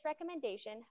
recommendation